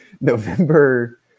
November